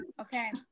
Okay